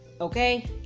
okay